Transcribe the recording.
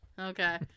Okay